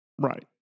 Right